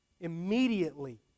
Immediately